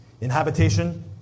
Inhabitation